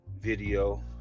video